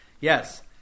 Yes